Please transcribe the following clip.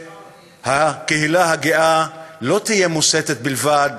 שהקהילה הגאה לא תהיה מוסתת בלבד,